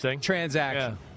transaction